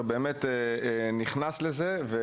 אבל הוא